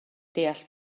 deall